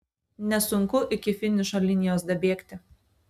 nesunku iki finišo linijos dabėgti